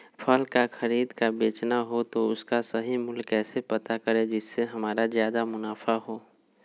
फल का खरीद का बेचना हो तो उसका सही मूल्य कैसे पता करें जिससे हमारा ज्याद मुनाफा हो?